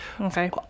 Okay